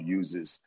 uses